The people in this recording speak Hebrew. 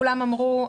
כולם אמרו,